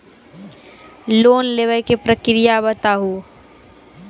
Loan लेवे के प्रक्रिया बताहू?